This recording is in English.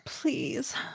please